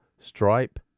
Stripe